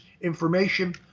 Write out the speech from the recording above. information